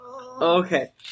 Okay